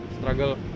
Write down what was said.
struggle